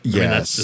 Yes